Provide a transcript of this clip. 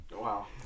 wow